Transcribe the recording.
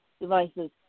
devices